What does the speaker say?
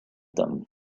them